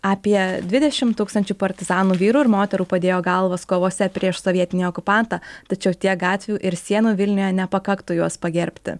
apie dvidešimt tūkstančių partizanų vyrų ir moterų padėjo galvas kovose prieš sovietinį okupantą tačiau tiek gatvių ir sienų vilniuje nepakaktų juos pagerbti